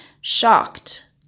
shocked